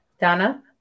Donna